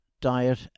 diet